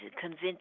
Convince